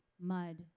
mud